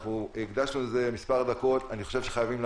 והקדשנו לזה מספר דקות, אני חושב שחייבים.